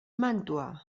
màntua